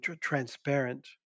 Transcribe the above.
transparent